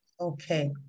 Okay